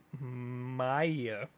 Maya